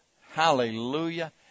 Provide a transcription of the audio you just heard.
Hallelujah